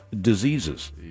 diseases